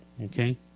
okay